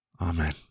Amen